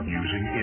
using